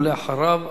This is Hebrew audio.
ואחריו,